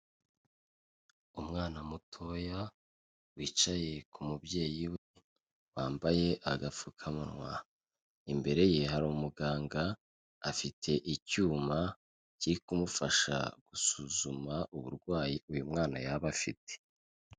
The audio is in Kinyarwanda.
Umwana mutoya wicaye ku mubyeyi we wambaye agapfukamunwa, imbere ye hari umuganga afite icyuma kiri kumufasha gusuzuma uburwayi uyu mwana yaba afite.